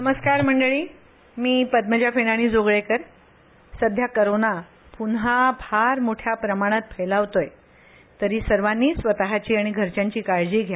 नमस्कार मंडळी मी पद्मजा फेणाणी जोगळेकर सध्या करोना पुन्हा फार मोठ्या प्रमाणात फैलावतोय तरी सर्वांनी स्वतची आणि घरच्यांची काळजी घ्या